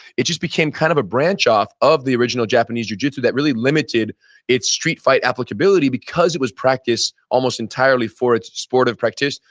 it just became kind of a branch off of the original japanese jujitsu that really limited its street fight applicability because it was practiced almost entirely for its sportive practice.